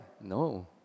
No